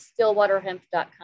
stillwaterhemp.com